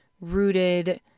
rooted